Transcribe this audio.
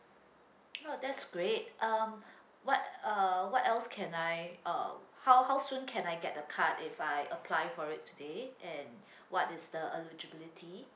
oh that's great um what uh what else can I uh how how soon can I get the card if I apply for it today and what is the eligibility